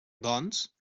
doncs